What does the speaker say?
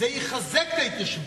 זה יחזק את ההתיישבות,